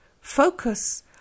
focus